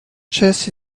chess